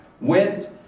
went